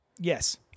Yes